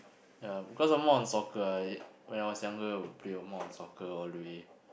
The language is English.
ya because I'm more on soccer ah y~ when I was younger would play more on soccer all the way